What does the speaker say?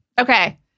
Okay